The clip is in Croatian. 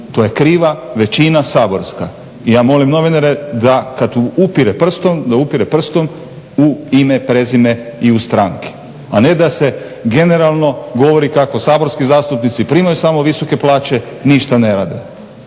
To je kriva većina saborska. I ja molim novinare da kad upire prstom da upire prstom u ime, prezime i u stranke, a ne da se generalno govori kako saborski zastupnici primaju samo visoke plaće, ništa ne rade.